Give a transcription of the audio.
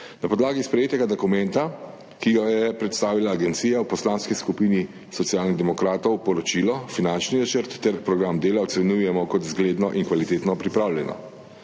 Na podlagi sprejetega dokumenta, ki ga je predstavila agencija, v Poslanski skupini Socialnih demokratov poročilo, finančni načrt ter program dela ocenjujemo kot zgledno in kvalitetno pripravljene.